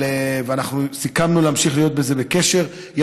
אנחנו סיכמנו להמשיך להיות בקשר על זה.